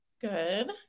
Good